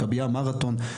מרתון,